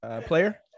player